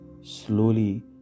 slowly